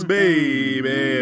baby